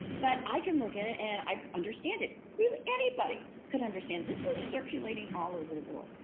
but i can look at it and i understand it. really anybody could understand. this was circulating all over the world.